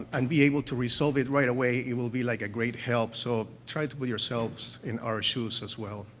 and be able to resolve it right away. it will be, like, a great help. so, try to put yourselves in our shoes, as well.